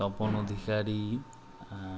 Tapan Adhikari